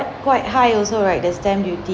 quite high also right the stamp duty